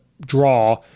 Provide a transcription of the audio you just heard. draw